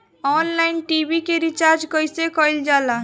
Online TV के recharge कईसे करल जाला?